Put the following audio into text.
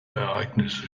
ereignisse